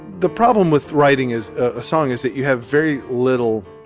the problem with writing as a song is that you have very little